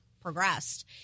progressed